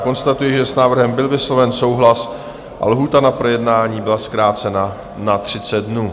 Konstatuji, že s návrhem byl vysloven souhlas a lhůta na projednání byla zkrácena na 30 dnů.